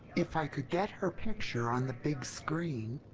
if i could get her picture on the big screen.